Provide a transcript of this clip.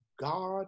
god